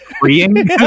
Freeing